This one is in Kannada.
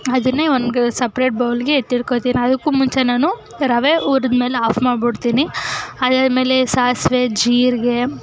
ಅದನ್ನೇ ಒಂದು ಸಪ್ರೇಟ್ ಬೌಲಿಗೆ ಎತ್ತಿಟ್ಕೊಳ್ತೀನಿ ಅದಕ್ಕೂ ಮುಂಚೆ ನಾನು ರವೆ ಹುರ್ದ್ಮೇಲೆ ಆಫ್ ಮಾಡ್ಬಿಡ್ತೀನಿ ಅದಾದ್ಮೇಲೆ ಸಾಸಿವೆ ಜೀರಿಗೆ